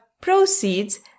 proceeds